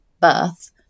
birth